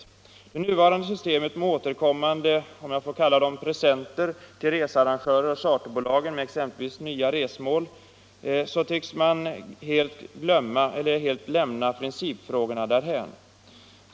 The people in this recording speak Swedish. I det nuvarande systemet med återkommande — om jag så får kalla dem — presenter till researrangörer och charterbolag med exempelvis nya resmål, tycks man helt lämna principfrågorna därhän.